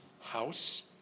house